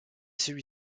celui